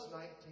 19